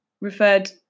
referred